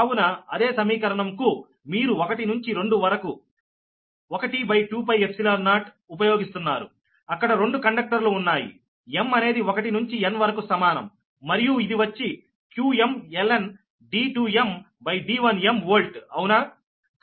కావున అదే సమీకరణం కు మీరు 1 నుంచి 2 వరకు 12π0 ఉపయోగిస్తున్నారుఅక్కడ రెండు కండక్టర్లు ఉన్నాయిm అనేది 1 నుంచి n వరకు సమానం మరియు ఇది వచ్చి qmln D2mD1m వోల్ట్ అవునా